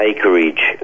Acreage